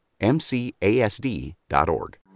MCASD.org